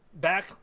Back